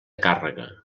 càrrega